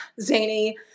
zany